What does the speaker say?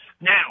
Now